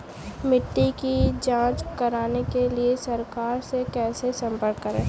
मिट्टी की जांच कराने के लिए सरकार से कैसे संपर्क करें?